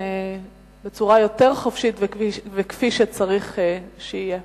בצורה חופשית יותר וכפי שצריך שיהיה.